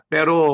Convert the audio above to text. Pero